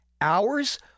Hours